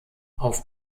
auf